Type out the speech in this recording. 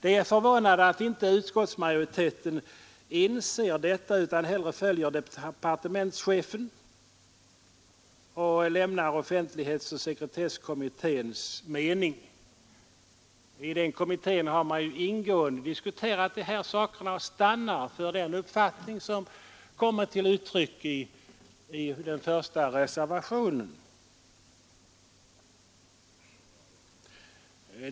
Det är förvånande att inte utskottsmajoriteten inser detta utan hellre följer departementschefen och tar avstånd från offentlighetsoch sekretesslagstiftningskommitténs mening. I den kommittén har man ju ingående diskuterat dessa frågor och stannat för den uppfattning som kommit till uttryck i reservationen 1.